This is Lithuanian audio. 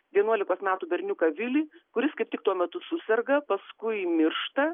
vienuolikos metų berniuką vilį kuris kaip tik tuo metu suserga paskui miršta